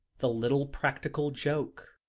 the little practical joke.